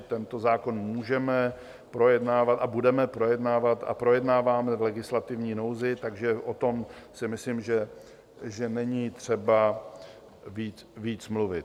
Tento zákon můžeme projednávat a budeme projednávat a projednáváme v legislativní nouzi, takže o tom si myslím, že není třeba víc mluvit.